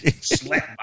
slap